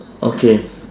okay